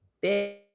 big